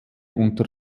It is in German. unter